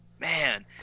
man